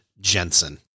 Jensen